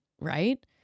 right